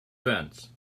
fence